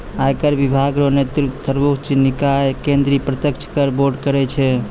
आयकर विभाग रो नेतृत्व सर्वोच्च निकाय केंद्रीय प्रत्यक्ष कर बोर्ड करै छै